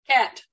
Cat